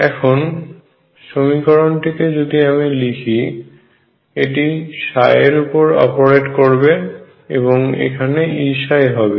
এখন সমীকরণটি কে যদি আমি লিখি এটি এর উপরে অপারেট করবে এবং এখনে E হবে